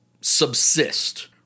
subsist